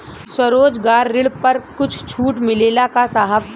स्वरोजगार ऋण पर कुछ छूट मिलेला का साहब?